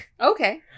Okay